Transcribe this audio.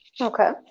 Okay